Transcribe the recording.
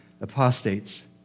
apostates